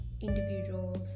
individuals